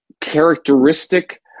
characteristic